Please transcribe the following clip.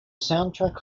soundtrack